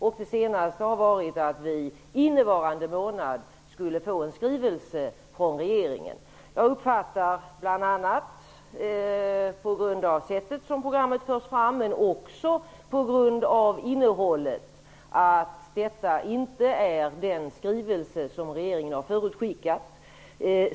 Det senaste beskedet har varit att vi innevarande månad skulle få en skrivelse från regeringen. Jag uppfattar, bl.a. på grund av sättet som programmet förs fram på men också på grund av innehållet, att detta inte är den skrivelse som regeringen har förutskickat.